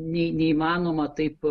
ne neįmanoma taip